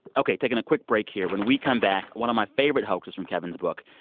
ok. taking a quick break here. when we come back, one of my favorite hoaxes from kevin's book.